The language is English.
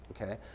Okay